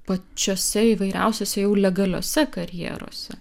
pačiose įvairiausiose jau legaliose karjerose